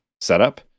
setup